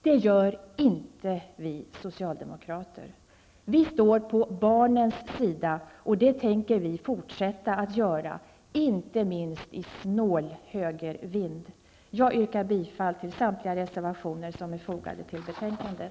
Det gör inte vi socialdemokrater. Vi står på barnens sida, och det tänker vi fortsätta att göra, inte minst i snål högervind. Jag yrkar bifall till samtliga reservationer som är fogade till betänkandet.